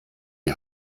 die